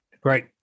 great